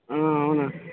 అవునా